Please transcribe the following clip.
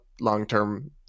long-term